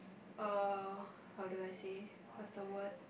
uh how do I say what's the word